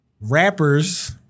rappers